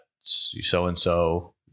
so-and-so